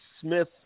Smith